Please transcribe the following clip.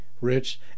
Rich